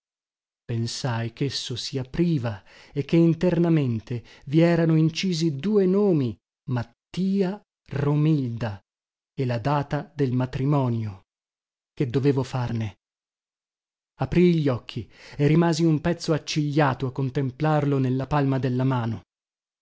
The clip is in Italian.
più pensai chesso si apriva e che internamente vi erano incisi due nomi mattiaromilda e la data del matrimonio che dovevo farne aprii gli occhi e rimasi un pezzo accigliato a contemplarlo nella palma della mano